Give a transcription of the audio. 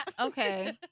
Okay